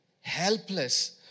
Helpless